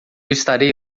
estarei